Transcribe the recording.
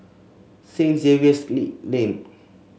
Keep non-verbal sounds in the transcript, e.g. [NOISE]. Saint Xavier's [UNINTELLIGIBLE] Lane